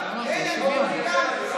אז תצטרף אלינו,